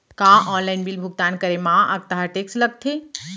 का online bill भुगतान करे मा अक्तहा टेक्स लगथे?